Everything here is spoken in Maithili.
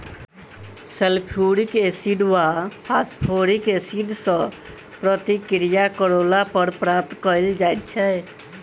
सल्फ्युरिक एसिड वा फास्फोरिक एसिड सॅ प्रतिक्रिया करौला पर प्राप्त कयल जाइत छै